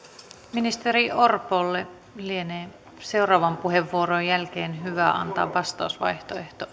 ministeri orpolle lienee seuraavan puheenvuoron jälkeen hyvä antaa vastausvaihtoehto